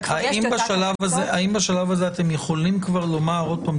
האם בשלב הזה אתם יכולים כבר לומר עוד פעם,